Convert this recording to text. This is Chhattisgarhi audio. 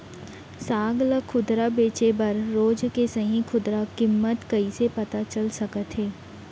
साग ला खुदरा बेचे बर रोज के सही खुदरा किम्मत कइसे पता चल सकत हे?